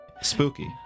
spooky